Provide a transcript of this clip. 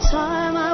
time